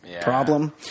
problem